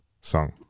song